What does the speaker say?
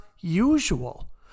usual